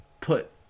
put